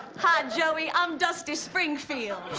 hi, joey. i'm dusty springfield.